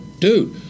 dude